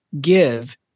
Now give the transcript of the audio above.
give